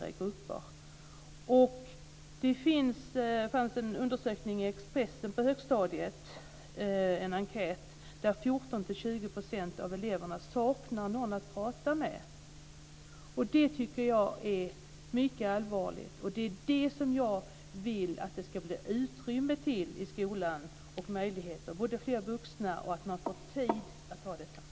Expressen har gjort en enkät på högstadiet som visar att 14-20 % av eleverna saknar någon att prata med. Jag tycker att detta är mycket allvarligt, och jag vill att det i skolan ska ges möjlighet till fler vuxna och utrymme för att ta upp dessa frågor.